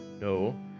No